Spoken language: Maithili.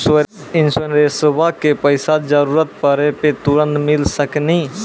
इंश्योरेंसबा के पैसा जरूरत पड़े पे तुरंत मिल सकनी?